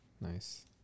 Nice